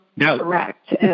correct